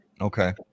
Okay